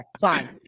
fine